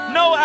no